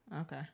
Okay